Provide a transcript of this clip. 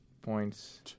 points